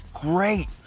great